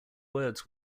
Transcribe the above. words